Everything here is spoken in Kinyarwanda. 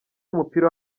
w’umupira